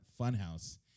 Funhouse